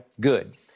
good